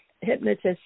hypnotist